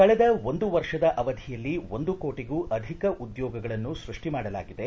ಕಳೆದ ಒಂದು ವರ್ಷದ ಅವಧಿಯಲ್ಲಿ ಒಂದು ಕೋಟಗೂ ಅಧಿಕ ಉದ್ಯೋಗಗಳನ್ನು ಸೃಷ್ಟಿ ಮಾಡಲಾಗಿದೆ